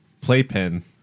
playpen